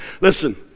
Listen